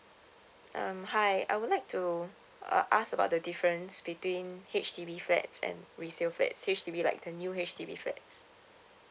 um hi I would like to uh ask about the difference between H_D_B flats and resale flats H_D_B like the new H_D_B flats